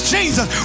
Jesus